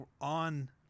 on